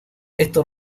eso